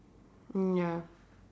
mm ya